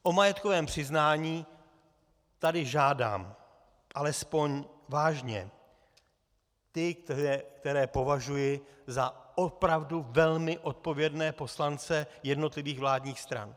O majetkové přiznání tady žádám alespoň vážně ty, které považuji za opravdu velmi odpovědné poslance jednotlivých vládních stran.